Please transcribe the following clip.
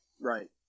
right